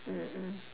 mm mm